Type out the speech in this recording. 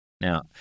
Now